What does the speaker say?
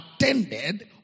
attended